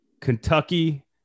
Kentucky